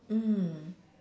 mm